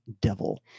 devil